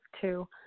two